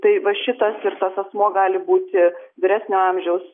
tai va šitas ir tas asmuo gali būti vyresnio amžiaus